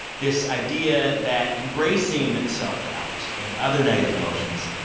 this idea that embracing self-doubt and other negative emotions,